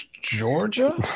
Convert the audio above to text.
Georgia